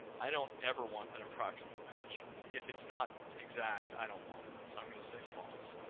i don't ever want an approximate match if it's not exact, i don't want it so i'm going to say false.